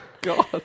God